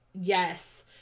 Yes